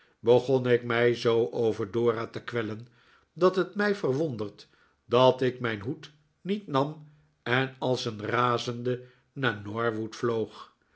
begon ik mij zoo over dora te kwellen dat het mij verwondert dat ik mijn hoed niet nam en als een razende naar norwood vloog